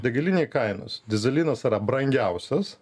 degalinėj kainos dyzelinas yra brangiausias